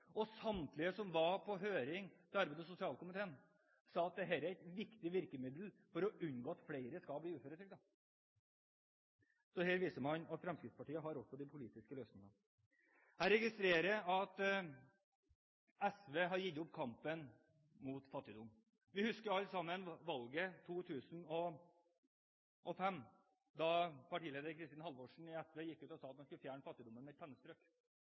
og samtlige som var på høring i arbeids- og sosialkomiteen, sa at dette er et viktig virkemiddel for å unngå at flere skal bli uføretrygdede. Så her viser man at Fremskrittspartiet også har de politiske løsningene. Jeg registrerer at SV har gitt opp kampen mot fattigdom. Vi husker alle sammen at partileder Kristin Halvorsen i SV ved valget 2005 gikk ut og sa at man skulle fjerne fattigdommen med et pennestrøk.